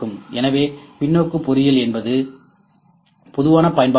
எனவே பின்னோக்கு பொறியியல் என்பது பொதுவான பயன்பாடு ஆகும்